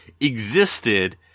existed